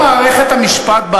אני,